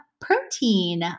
protein